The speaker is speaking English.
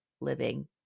living